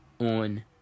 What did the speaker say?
on